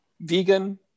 vegan